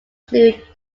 include